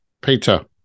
Peter